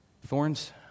Thorns